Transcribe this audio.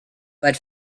but